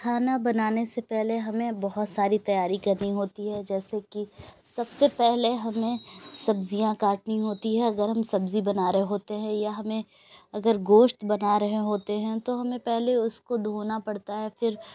کھانا بنانے سے پہلے ہمیں بہت ساری تیاری کرنی ہوتی ہے جیسے کہ سب سے پہلے ہمیں سبزیاں کاٹنی ہوتی ہے اگر ہم سبزی بنا رہے ہوتے ہیں یا ہمیں اگر گوشت بنا رہے ہوتے ہیں تو ہمیں پہلے اس کو دھونا پڑتا ہے پھر